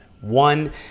one